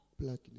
blackness